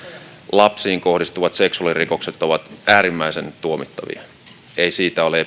lapsiin kohdistuvat seksuaalirikokset ovat äärimmäisen tuomittavia ei siitä ole